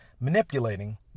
manipulating